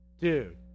dude